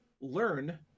learn